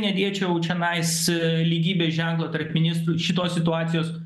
nedėčiau čionais lygybės ženklo tarp ministrų šitos situacijos